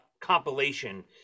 compilation